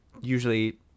usually